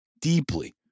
deeply